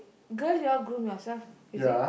girl you all groom yourself is it